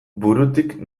burutik